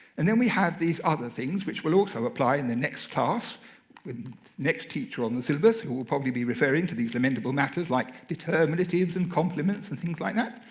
and then we have these other things, which will also apply in the next class with the next teacher on the syllabus who will probably be referring to these amendable matters like determinatives and complements and things like that.